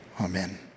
Amen